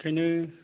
ओंखायनो